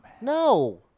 No